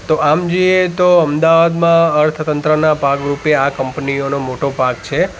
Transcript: તો આમ જોઈએ તો અમદાવાદમાં અર્થતંત્રના ભાગ રૂપે આ કંપનીઓનો મોટો ભાગ છે